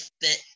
fit